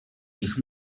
nich